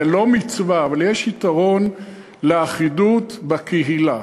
זה לא מצווה, אבל יש יתרון לאחידות בקהילה.